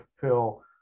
fill